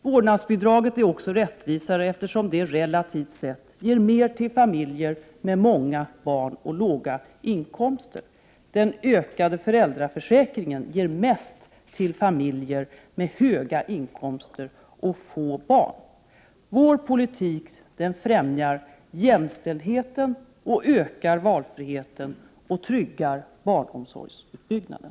Vårdnadsbidraget är också rättvisare, eftersom det relativt sett ger mer till familjer med många barn och låga inkomster. Den utökade föräldraförsäkringen ger mest till familjer med höga inkomster och få barn. Vår politik främjar jämställdheten, ökar valfriheten och tryggar barnomsorgsutbyggnaden.